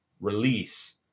release